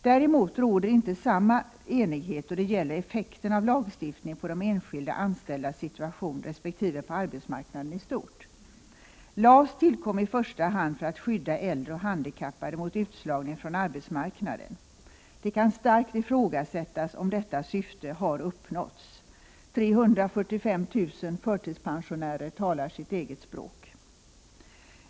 Däremot råder inte samma enighet då det gäller effekten av lagstiftningen på de enskilda anställdas situation resp. på arbetsmarknaden i stort. LAS tillkom i första hand för att skydda äldre och handikappade mot utslagning från arbetsmarknaden. Det kan starkt ifrågasättas om detta syfte har uppnåtts. 345 000 förtidspensionärer tyder snarare på motsatsen.